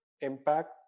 impact